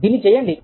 దీన్ని చేయండి